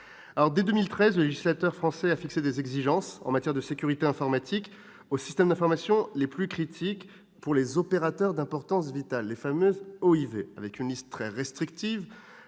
Dès 2013, le législateur français a fixé des exigences en matière de sécurité informatique aux systèmes d'informations les plus critiques pour les opérateurs d'importance vitale, les OIV, avec une liste très restrictive.